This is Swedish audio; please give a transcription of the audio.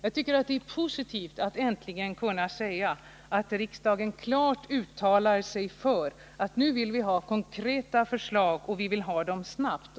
Jag tycker att det är positivt att äntligen kunna säga att riksdagen klart uttalar sig för att det krävs konkreta förslag och att de måste läggas fram snabbt.